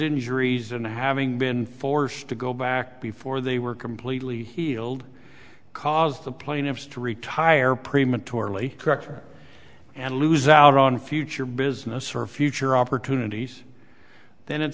injuries and having been forced to go back before they were completely healed cause the plaintiffs to retire prematurely correct and lose out on future business or future opportunities then it